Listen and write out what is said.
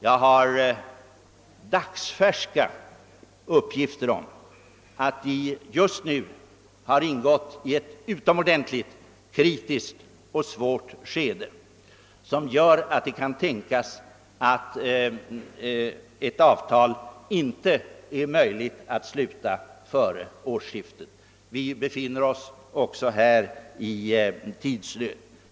Jag har dagsfärska uppgifter som säger att dessa förhandlingar just har ingått i ett utomordentligt kritiskt och svårt skede, något som kan tänkas medföra att ett avtal inte är möjligt att sluta före årsskiftet. Vi befinner oss också härvidlag i tidsnöd.